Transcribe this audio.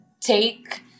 take